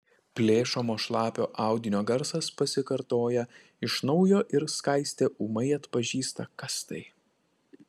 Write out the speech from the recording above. plėšomo šlapio audinio garsas pasikartoja iš naujo ir skaistė ūmai atpažįsta kas tai